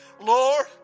Lord